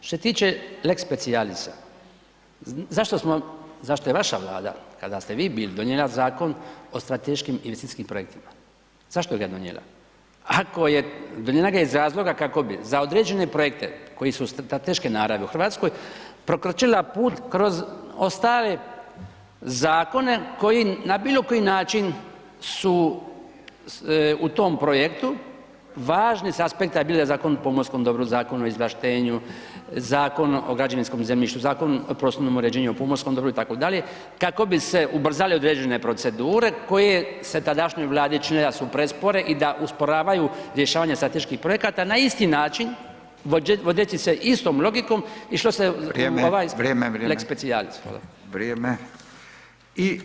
Što se tiče lex specialisa, zašto smo, zašto je vaša Vlada kada ste vi bili, donijela Zakon o strateškim i investicijskim projektima, zašto ga je donijela, ako je, donijela ga je iz razloga kako bi za određene projekte koji su strateške naravi u RH, prokrčila put kroz ostale zakone koji na bilo koji način su u tom projektu važni s aspekta bilo Zakonu o pomorskom dobru, Zakonu o izvlaštenju, Zakonu o građevinskom zemljištu, Zakonu o prostornom uređenju, pomorskom dobru itd., kako bi se ubrzale određene procedure koje su se tadašnjoj Vladi činile da su prespore i da usporavaju rješavanje strateških projekata na isti način vodeći se istom logikom išlo se [[Upadica: Vrijeme, vrijeme]] u ovaj lex specialis.